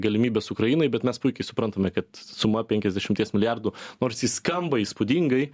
galimybes ukrainai bet mes puikiai suprantame kad suma penkiasdešimties milijardų nors ji skamba įspūdingai